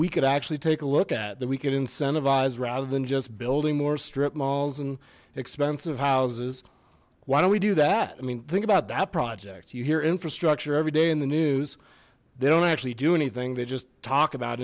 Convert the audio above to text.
we could actually take a look at that we can incentivize rather than just building more strip malls and expensive houses why don't we do that i mean think about that project you hear infrastructure every day in the news they don't actually do anything they just talk about